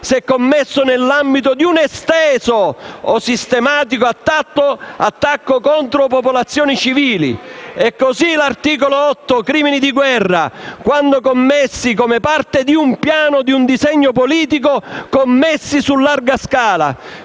se commessi nell'ambito di un esteso o sistematico attacco contro popolazioni civili; così i crimini di guerra: quando commessi come parte di un piano o di un disegno politico su larga scala.